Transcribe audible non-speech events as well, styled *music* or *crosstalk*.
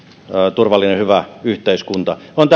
turvallinen ja hyvä yhteiskunta on *unintelligible*